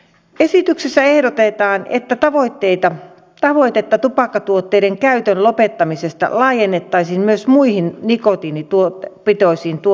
esityksessä ehdotetaan että tavoitetta tupakkatuotteiden käytön lopettamisesta laajennettaisiin myös muihin nikotiinipitoisiin tuotteisiin